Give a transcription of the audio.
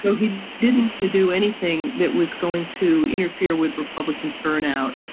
so he didn't do anything that was going to interfere with republican turnout,